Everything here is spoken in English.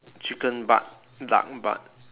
chicken butt duck butt